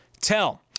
tell